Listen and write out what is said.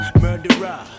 Murderer